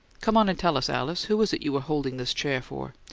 come on and tell us, alice. who is it you were holding this chair for?